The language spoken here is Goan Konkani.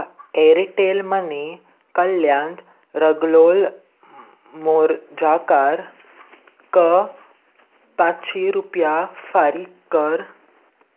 म्हाका कार्यकारी वर्गांत ट्रेनी खातीर एक चार णव एक बेंगलुरु सावन लखनव मेरेन शुक्रार तीन मे दोन हजार चोवीस चेर सीट बूक करपाची गरज आसा उपलब्यात्या आसा काय ना तें तपासपाक शकता